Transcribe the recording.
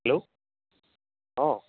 hello অ